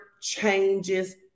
changes